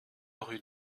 rue